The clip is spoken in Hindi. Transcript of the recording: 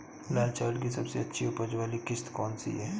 लाल चावल की सबसे अच्छी उपज वाली किश्त कौन सी है?